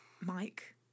Mike